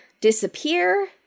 disappear